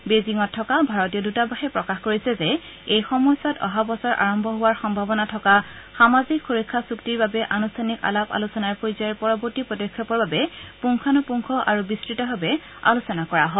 বেইজিঙত থকা ভাৰতীয় দূতাবাসে প্ৰকাশ কৰিছে যে এই সময়ছোৱাত অহা বছৰ আৰম্ভ হোৱাৰ সম্ভাৱনা থকা সামাজিক সুৰক্ষা চুক্তিৰ বাবে আনুষ্ঠানিক আলাপ আলোচনাৰ পৰ্যায়ৰ পৰৱৰ্তী পদক্ষেপৰ বাবে পুংখানুপুংখ আৰু বিস্ততভাৱে আলোচনা কৰা হয়